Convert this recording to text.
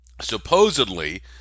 supposedly